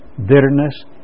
Bitterness